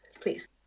please